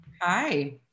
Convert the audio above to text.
Hi